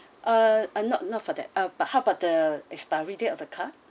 uh uh not not for that uh but how about the expiry date of the card